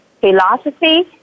philosophy